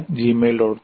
com